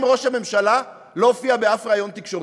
ראש הממשלה לא הופיע באף ריאיון בתקשורת.